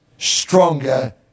stronger